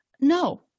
No